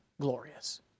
glorious